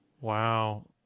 Wow